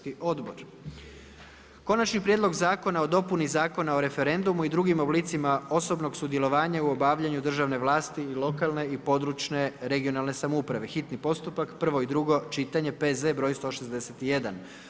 Konačni prijedlog Zakona o dopuni Zakona o referendumu i drugim oblicima osobnog sudjelovanja u obavljanju državne vlasti i lokalne i područne, regionalne samouprave, hitni postupak, prvo i drugo čitanje, P.Z. br. 161.